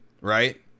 right